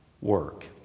work